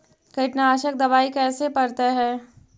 कीटनाशक दबाइ कैसे पड़तै है?